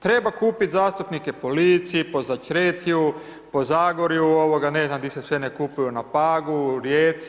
Treba kupiti zastupnike po Lici, po Začretju, po Zagorju, ne znam gdje se sve ne kupuju, na Pagu, u Rijeci.